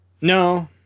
No